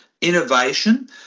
innovation